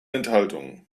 enthaltungen